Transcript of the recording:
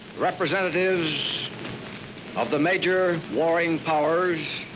representatives of the major warring powers